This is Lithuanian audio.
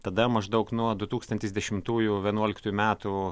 tada maždaug nuo du tūktsantis dešimtųjų vienuoliktųjų metų